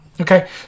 Okay